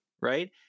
right